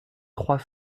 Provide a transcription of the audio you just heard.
trois